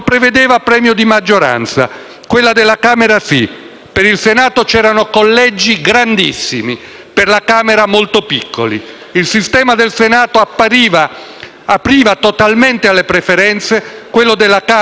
per il Senato c'erano collegi grandissimi, per la Camera molto piccoli; il sistema del Senato apriva totalmente alle preferenze mentre quello della Camera, bloccando i capilista, avrebbe determinato un'Assemblea